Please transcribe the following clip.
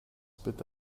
bitte